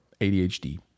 ADHD